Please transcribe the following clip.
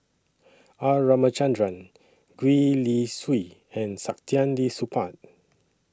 R Ramachandran Gwee Li Sui and Saktiandi Supaat